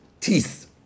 teeth